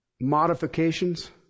modifications